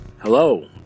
hello